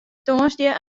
tongersdei